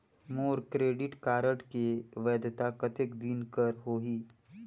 मोर credit card के वैधता कतेक दिन कर होही?